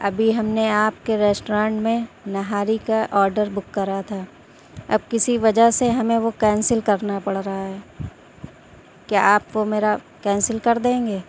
ابھی ہم نے آپ کے ریسٹورنٹ میں نہاری کا آڈر بک کرا تھا اب کسی وجہ سے ہمیں وہ کینسل کرنا پڑا رہا ہے کیا آپ وہ میرا کینسل کر دیں گے